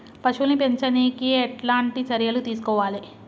పశువుల్ని పెంచనీకి ఎట్లాంటి చర్యలు తీసుకోవాలే?